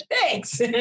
Thanks